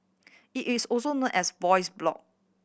it is also known as a voice blog